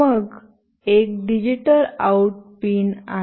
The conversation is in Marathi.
मग एक डिजिटल आउट पिन आहे